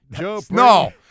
No